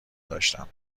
داشتم